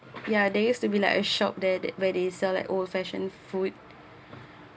ya there used to be like a shop that where they sell like old fashioned food